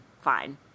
fine